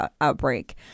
outbreak